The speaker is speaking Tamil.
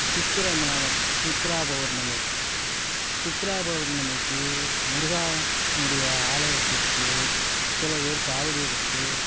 சித்திரை மாதம் சித்ரா பௌர்ணமி சித்ரா பௌர்ணமிக்கு முருகன்னுடைய ஆலயத்திற்கு சில பேர் காவடி எடுத்து